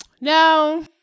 No